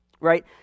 Right